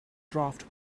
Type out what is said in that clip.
draft